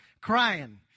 crying